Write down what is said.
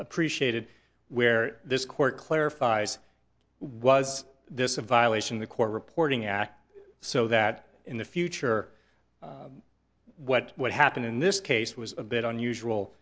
appreciated where this court clarifies was this a violation the court reporting act so that in the future what would happen in this case was a bit unusual